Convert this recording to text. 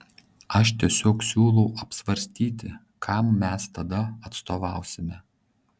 aš tiesiog siūlau apsvarstyti kam mes tada atstovausime